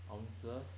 ounces